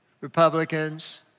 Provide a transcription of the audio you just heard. Republicans